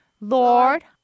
Lord